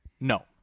No